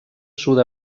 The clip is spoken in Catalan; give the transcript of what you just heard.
sud